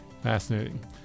Fascinating